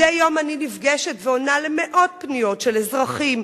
מדי יום אני נפגשת ועונה למאות פניות של אזרחים,